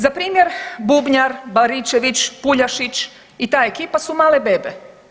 Za primjer bubnjar Baričević, Puljašić i ta ekipa su male bebe.